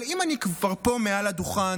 אבל אם אני כבר פה מעל הדוכן,